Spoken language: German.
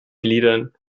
gliedern